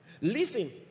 Listen